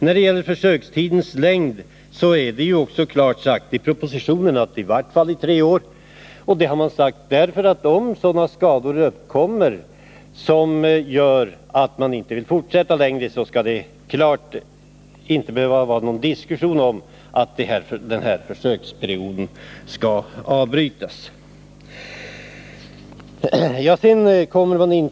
När det gäller försökstidens längd är det klart sagt i propositionen att den skall vara i varje fall tre år, men om sådana skador uppkommer att man inte vill fortsätta längre, kan försöksperioden avbrytas utan vidare diskussion.